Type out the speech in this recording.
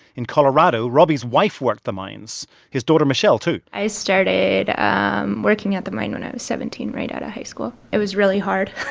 in colorado, robby's wife worked the mines his daughter, michelle, too i started and working at the mine when i was seventeen, right out of high school. it was really hard,